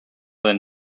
than